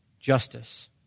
Justice